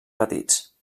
petits